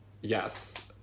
Yes